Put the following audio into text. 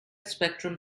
spectrum